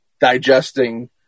digesting